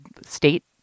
state